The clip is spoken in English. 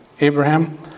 Abraham